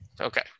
Okay